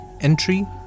Entry